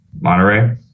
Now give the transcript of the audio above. Monterey